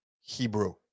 Hebrew